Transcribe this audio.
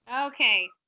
Okay